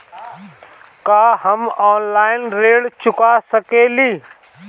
का हम ऑनलाइन ऋण चुका सके ली?